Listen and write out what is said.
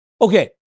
Okay